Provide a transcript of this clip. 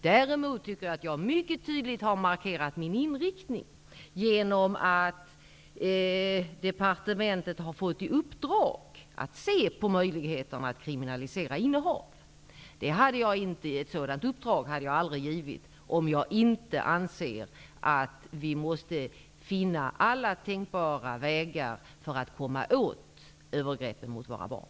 Däremot tycker jag att jag mycket tydligt har markerat min inriktning genom att departementet har fått i uppdrag att se på möjligheterna att kriminalisera innehav. Ett sådant uppdrag hade jag aldrig gett om jag inte anser att vi måste finna alla tänkbara vägar för att komma åt övergreppen mot våra barn.